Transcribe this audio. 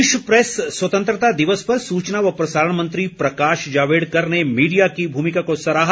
विश्व प्रेस स्वतंत्रता दिवस पर सूचना व प्रसारण मंत्री प्रकाश जावड़ेकर ने मीडिया की भूमिका को सराहा